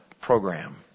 program